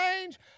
change